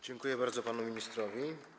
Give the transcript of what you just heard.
Dziękuję bardzo panu ministrowi.